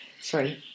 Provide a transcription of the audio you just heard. sorry